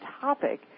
topic